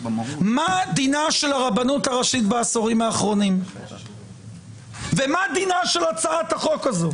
מה דינה של הרבנות הראשית בעשורים האחרונים ומה דינה של הצעת החוק הזו?